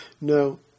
No